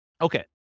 Okay